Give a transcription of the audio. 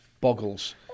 boggles